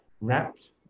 wrapped